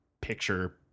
picture